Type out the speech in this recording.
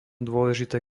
dôležité